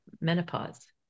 Menopause